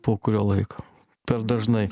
po kurio laiko per dažnai